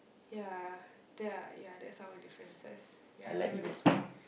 ya ya ya that's our differences ya I noticed